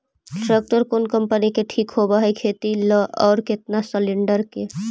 Tractor कोन company के ठीक होब है खेती ल औ केतना सलेणडर के?